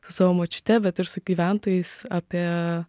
su savo močiute bet ir su gyventojais apie